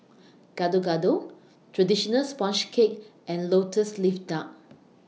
Gado Gado Traditional Sponge Cake and Lotus Leaf Duck